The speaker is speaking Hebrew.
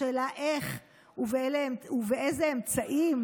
השאלה היא איך ובאיזה אמצעים.